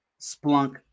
Splunk